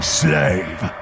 slave